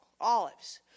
olives